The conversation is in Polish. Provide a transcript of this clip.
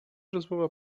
rozmowa